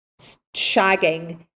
shagging